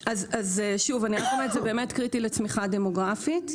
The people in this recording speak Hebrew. ישוב שהוא יחסית משפחתי-חמולתי,